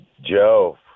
Joe